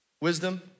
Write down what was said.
wisdom